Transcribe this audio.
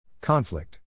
Conflict